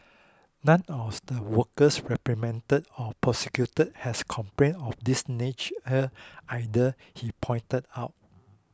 none of the workers repatriated or prosecuted had complaints of this nature either he pointed out